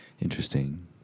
Interesting